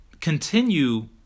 continue